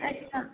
अच्छा